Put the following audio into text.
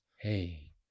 Hey